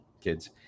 kids